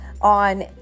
on